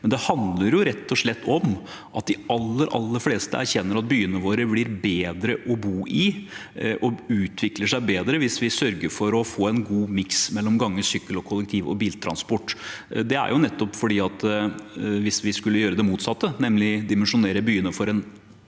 Det handler rett og slett om at de aller fleste erkjenner at byene våre blir bedre å bo i og utvikler seg bedre hvis vi sørger for å få en god miks mellom gange, sykkel, kollektiv og biltransport. Det er fordi at hvis vi skulle gjøre det motsatte, nemlig dimensjonere byene for en